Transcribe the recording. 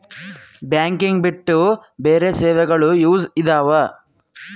Banking ಬಿಟ್ಟು ಬೇರೆ ಸೇವೆಗಳು ಯೂಸ್ ಇದಾವ?